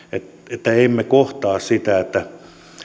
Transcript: että emme kohtaa sitä että